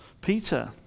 Peter